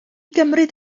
gymryd